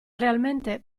realmente